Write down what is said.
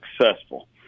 successful